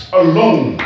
alone